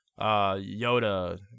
Yoda